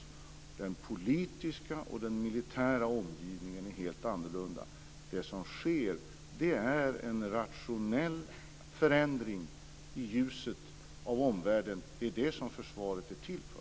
Den politiska och den militära omgivningen är helt annorlunda. Det som sker är en rationell förändring i ljuset av omvärlden; det är det som försvaret är till för.